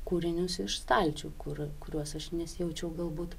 kūrinius iš stalčių kur kuriuos aš nesijaučiau galbūt